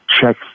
check